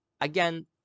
Again